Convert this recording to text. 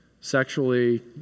sexually